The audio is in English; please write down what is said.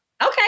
Okay